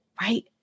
right